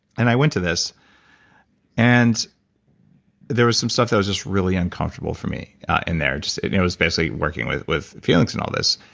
and i went to this and there was some stuff that was just really uncomfortable for me in there. it it was basically working with with feelings and all this.